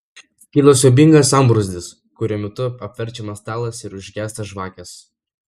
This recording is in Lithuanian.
kyla siaubingas sambrūzdis kurio metu apverčiamas stalas ir užgęsta žvakės